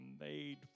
made